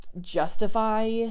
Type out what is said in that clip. justify